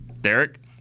Derek